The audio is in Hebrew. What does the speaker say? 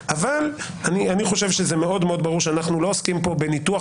אבל אני חושב שזה מאוד מאוד ברור שאנחנו לא עוסקים כאן בניתוח